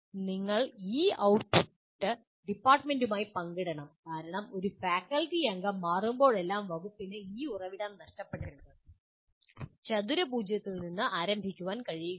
നിങ്ങൾ ഈ ഔട്ട്പുട്ട് ഡിപ്പാർട്ട്മെന്റുമായി പങ്കിടണം കാരണം ഒരു ഫാക്കൽറ്റി അംഗം മാറുമ്പോഴെല്ലാം വകുപ്പിന് ഈ ഉറവിടം നഷ്ടപ്പെടരുത് ചതുര പൂജ്യത്തിൽ ആരംഭിക്കാൻ കഴിയില്ല